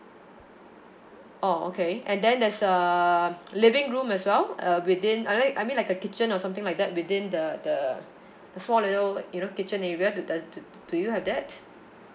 oh okay and then there's um living room as well uh within I mean I mean like a kitchen or something like that within the the the small little you know kitchen area the do do do you have that